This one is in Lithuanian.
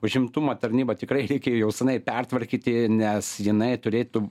užimtumo tarnybą tikrai reikia jau seniai pertvarkyti nes jinai turėtų